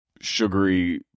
sugary